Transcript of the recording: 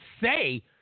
say